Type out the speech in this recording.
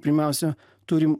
pirmiausia turim